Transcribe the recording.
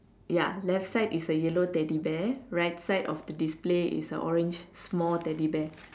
ya left side is yellow teddy bear right side of the display is a orange small teddy bear